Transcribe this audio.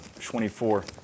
24